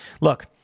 Look